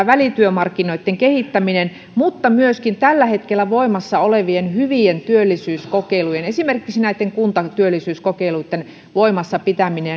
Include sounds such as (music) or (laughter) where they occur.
(unintelligible) välityömarkkinoitten kehittäminen mutta myöskin tällä hetkellä voimassa olevien hyvien työllisyyskokeilujen esimerkiksi näitten kuntatyöllisyyskokeiluitten voimassa pitäminen (unintelligible)